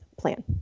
plan